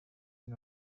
and